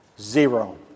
Zero